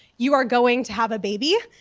you are going to have a baby.